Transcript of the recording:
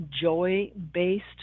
joy-based